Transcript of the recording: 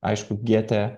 aišku gėtė